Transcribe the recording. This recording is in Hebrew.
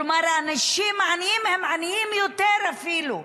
כלומר האנשים העניים הם עניים יותר אפילו,